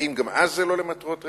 האם גם אז זה לא למטרות רווח?